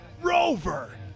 Rover